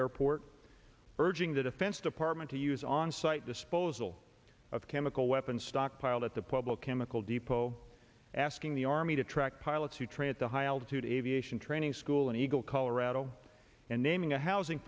airport urging the defense department to use on site disposal of chemical weapons stockpiles at the public chemical depot asking the army to track pilots who trained to high altitude aviation training school in eagle colorado and naming a housing